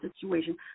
situation